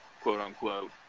quote-unquote